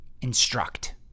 instruct